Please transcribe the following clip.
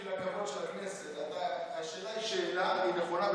בשביל הכבוד של הכנסת: השאלה היא שאלה נכונה,